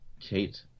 kate